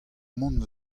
mont